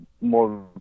more